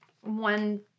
one